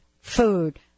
food